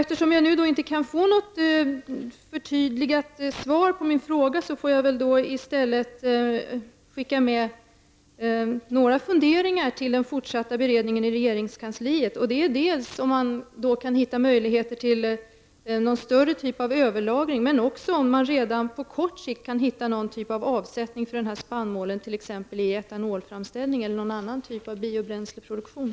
Eftersom jag nu inte kan få något förtydligande svar på min fråga, vill jag till den fortsatta beredningen i regeringskansliet skicka med några funderingar kring dels om man kan hitta möjligheter till någon typ av större överlagring, dels om man redan på kort sikt kan finna någon typ av avsättning för denna spannmål, t.ex. etanolframställning eller någon annan typ av biobränsleproduktion.